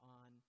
on